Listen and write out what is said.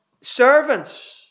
servants